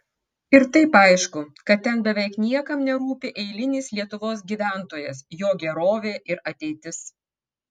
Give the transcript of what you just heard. ir taip aišku kad ten beveik niekam nerūpi eilinis lietuvos gyventojas jo gerovė ir ateitis